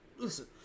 Listen